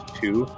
two